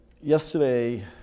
yesterday